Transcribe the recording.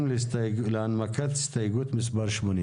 אני נמצא בשטח,